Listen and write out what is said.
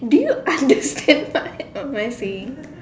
do you understand what am I saying